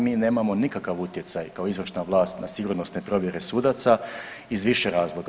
Mi nemamo nikakav utjecaj kao izvršna vlast na sigurnosne provjere sudaca iz više razloga.